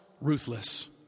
ruthless